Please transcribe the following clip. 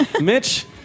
Mitch